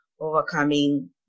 overcoming